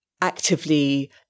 actively